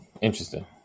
Interesting